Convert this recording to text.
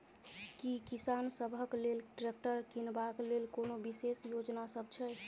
की किसान सबहक लेल ट्रैक्टर किनबाक लेल कोनो विशेष योजना सब छै?